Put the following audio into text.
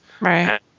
right